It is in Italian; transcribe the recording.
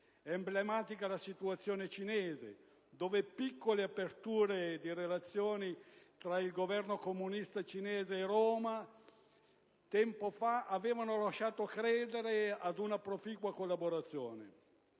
emblematica la situazione cinese, dove piccole aperture di relazioni tra il Governo comunista cinese e Roma, tempo fa, avevano lasciato credere ad una proficua collaborazione,